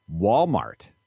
Walmart